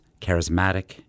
charismatic